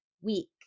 week